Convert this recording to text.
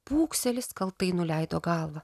pūkselis kaltai nuleido galvą